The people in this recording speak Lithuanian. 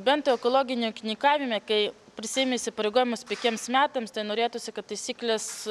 bent tai ekologinio ūkininkavime kai prisiimi įsipareigojimus penkiems metams tai norėtųsi kad taisyklės